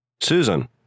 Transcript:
Susan